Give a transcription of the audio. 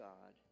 God